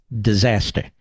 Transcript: disaster